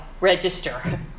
register